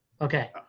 Okay